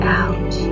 out